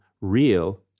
real